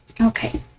Okay